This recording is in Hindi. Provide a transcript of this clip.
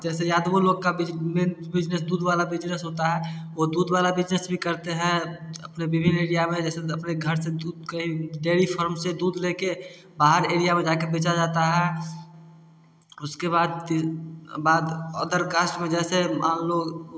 जैसे यादवों लोग का बिजनेसमैन बिजनेस दूध वाला बिजनेस होता है वो दूध वाला बिजनेस भी करते हैं अपने विभिन्न एरिया में जैसे अपने घर से दूध कहीं डेरी फर्म से दूध लेके बाहर एरिया में जाके बेचा जाता है उसके बाद फिर बाद अदर कास्ट में जैसे मान लो